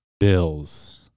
Bills